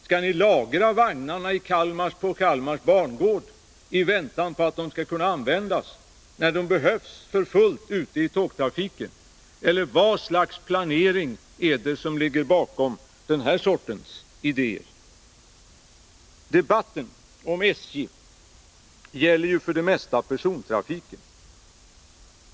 Skall ni lagra vagnarna på Kalmars bangård i väntan på att de skall kunna användas, när de behövs för fullt ute i tågtrafiken? Vad slags planering är det som ligger bakom den här sortens idéer? Debatten om SJ gäller för det mesta persontrafiken.